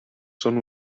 són